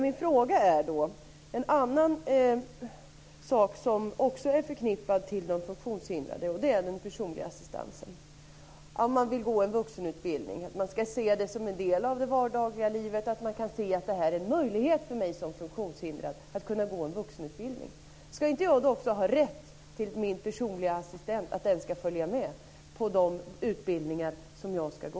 Min fråga gäller en annan sak som är förknippad med de funktionshindrade, och det är den personliga assistansen. Om man vill gå en vuxenutbildning, och det ska ses som en del av det vardagliga livet att det finns möjligheter för den funktionshindrade att gå en vuxenutbildning, ska man då inte ha rätt till sin personliga assistent, som får följa med på den utbildning som man ska gå?